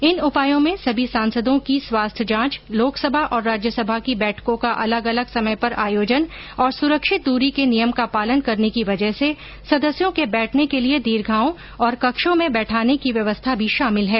इन उपायों में सभी सांसदों की स्वास्थ्य जांच लोकसभा और राज्यसभा की बैठकों का अलग अलग समय पर आयोजन और सुरक्षित दूरी के नियम का पालन करने की वजह से सदस्यों के बैठने के लिए दीर्घाओं और कक्षों में बैठाने की व्यवस्था भी शामिल है